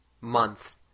month